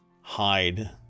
hide